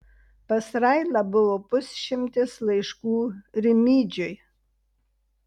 pas railą buvo pusšimtis laiškų rimydžiui